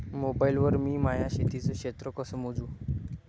Mobile वर मी माया शेतीचं क्षेत्र कस मोजू?